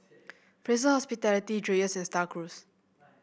Fraser Hospitality Dreyers and Star Cruise